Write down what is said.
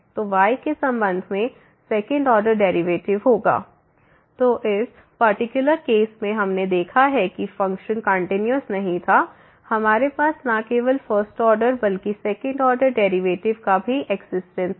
तो y के संबंध में सेकंड ऑर्डर डेरिवेटिव होगा fy0y fy00y 2Δy 0Δy 2 तो इस पर्टिकुलर केस में हमने देखा है कि फ़ंक्शन कंटीन्यूअस नहीं था हमारे पास न केवल फर्स्ट ऑर्डर बल्कि सेकंड ऑर्डर डेरिवेटिव का भी एक्सिस्टेंस है